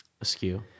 askew